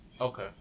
Okay